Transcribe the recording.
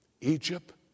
Egypt